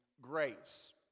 grace